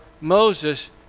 Moses